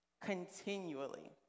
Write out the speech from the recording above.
Continually